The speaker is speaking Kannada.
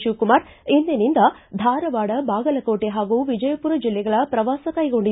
ಶಿವಕುಮಾರ ಇಂದಿನಿಂದ ಧಾರವಾಡ ಬಾಗಲಕೋಟೆ ಹಾಗೂ ವಿಜಯಪುರ ಜಿಲ್ಲೆಗಳ ಶ್ರವಾಸ ಕೈಗೊಂಡಿದ್ದಾರೆ